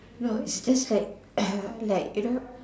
no is just like like you know